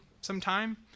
sometime